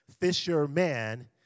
fisherman